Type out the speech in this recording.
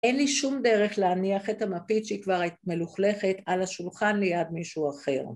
אין לי שום דרך להניח את המפית שהיא כבר מלוכלכת על השולחן ליד מישהו אחר.